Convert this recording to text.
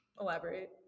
elaborate